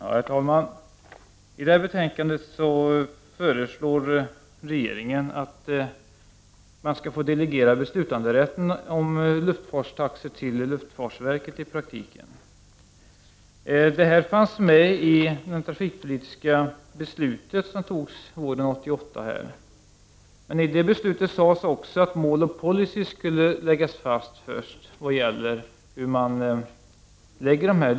Herr talman! I det här betänkandet föreslår regeringen att man i praktiken skall få delegera beslutanderätten om luftfartstaxor till luftfartsverket. Det fanns med i det trafikpolitiska beslut som fattades våren 1988. Men i det beslutet sades också att mål och policy när det gäller luftfartstaxorna först skulle läggas fast.